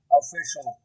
official